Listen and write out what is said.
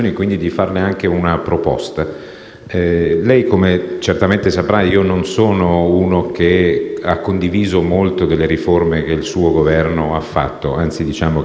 Lei certamente saprà che non sono uno che ha condiviso molto delle riforme che il suo Governo ha fatto; anzi, per la stragrande maggioranza non le condivido,